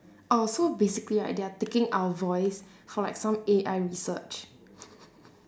oh so basically right they are taking our voice for like some A_I research